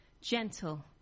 gentle